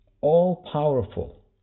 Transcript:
all-powerful